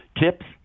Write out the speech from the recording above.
Tips